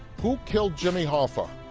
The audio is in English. who killed jimmy hoffa?